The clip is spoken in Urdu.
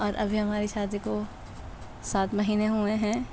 اور ابھی ہماری شادی کو سات مہینے ہوئے ہیں